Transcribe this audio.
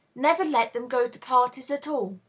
never let them go to parties at all.